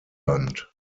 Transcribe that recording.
band